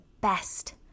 best